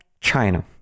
China